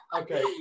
Okay